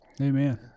amen